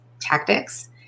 tactics